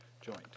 joint